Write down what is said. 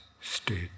state